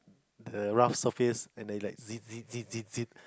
the rough surface and then you like the the the the the